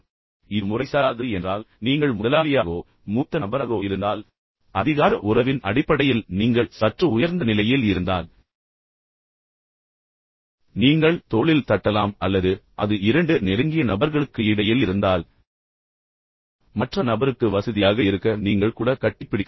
இப்போது இது முறைசாரா ஒன்று என்றால் நீங்கள் முதலாளியாக இருந்தால் அல்லது நீங்கள் மூத்த நபராக இருந்தால் அதிகார உறவின் அடிப்படையில் நீங்கள் சற்று உயர்ந்த நிலையில் இருந்தால் நீங்கள் தோளில் தட்டலாம் அல்லது அது இரண்டு நெருங்கிய நபர்களுக்கு இடையில் இருந்தால் மற்ற நபருக்கு வசதியாக இருக்க நீங்கள் கூட கட்டிப்பிடிக்கலாம்